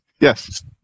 Yes